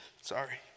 sorry